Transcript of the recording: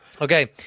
Okay